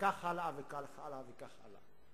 וכך הלאה וכך הלאה וכך הלאה.